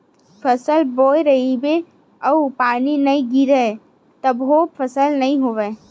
फसल बोए रहिबे अउ पानी नइ गिरिय तभो फसल नइ होवय